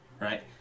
right